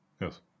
Yes